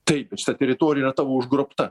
taip ir šita teritorija yra tavo užgrobta